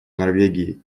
норвегии